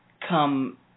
come